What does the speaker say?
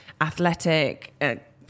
athletic